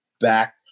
back